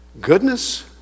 Goodness